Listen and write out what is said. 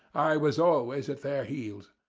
i was always at their heels.